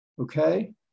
okay